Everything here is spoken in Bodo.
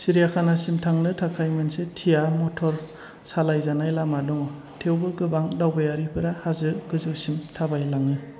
सिरियाखानासिम थांनो थाखाय मोनसे थिया मटर सालाय जानाय लामा दङ थेवबो गोबां दावबायारिफोरा हाजो गोजौसिम थाबाय लाङो